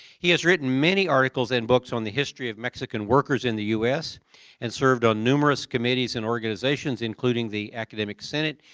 he has written many articles and books on the history of mexican workers in the us and served on numerous committees and organizations including the academic senate.